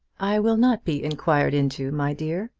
i will not be inquired into, my dear,